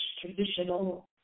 traditional